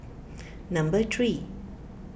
number three